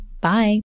Bye